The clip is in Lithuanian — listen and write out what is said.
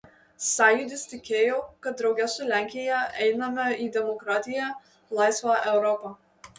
sąjūdis tikėjo kad drauge su lenkija einame į demokratiją laisvą europą